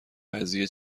قضیه